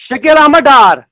Shakeel Ahmad Dar